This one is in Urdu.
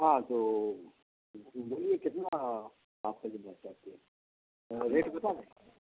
ہاں تو بولیے کتنا آپ خریدنا چاہتے ہیں ریٹ بتا دیں